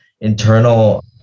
internal